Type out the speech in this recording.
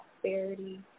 prosperity